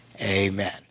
Amen